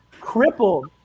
crippled